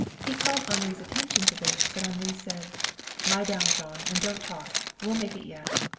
he called henri's attention to this, but henri said lie down, jean, and don't talk. we'll make it yet.